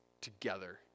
together